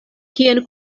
kien